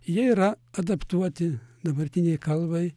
jie yra adaptuoti dabartinei kalbai